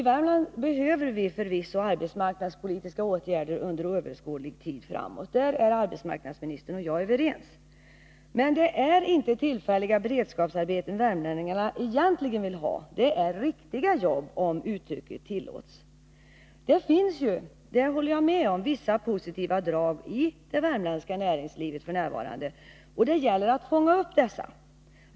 Värmlands län behöver förvisso arbetsmarknadspolitiska åtgärder under överskådlig tid framåt — om detta är arbetsmarknadsministern och jag överens. Men det är inte tillfälliga beredskapsarbeten värmlänningarna egentligen vill ha, utan det är — om uttrycket tillåts — riktiga jobb. Det finns f.n. — det håller jag med om =— vissa positiva drag i det värmländska näringslivet. Det gäller att fånga upp dessa.